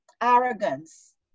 arrogance